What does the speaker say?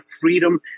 freedom